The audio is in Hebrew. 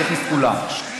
אני אכניס את כולם,